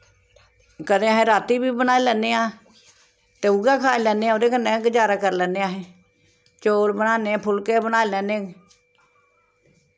कदें अस रातीं बी बनाई लैन्ने आं ते उ'ऐ खाई लैन्ने आं ओह्दे कन्नै गै गजारा करी लैन्ने आं अस चौल बनाने फुल्के बनाई लैन्ने